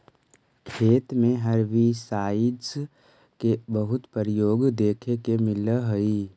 खेत में हर्बिसाइडस के बहुत प्रयोग देखे के मिलऽ हई